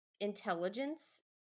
intelligence